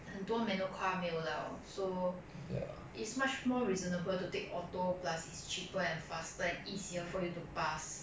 很多 manual car 没有了 so is much more reasonable to take auto plus it's cheaper and faster and easier for you to pass